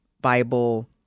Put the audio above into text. Bible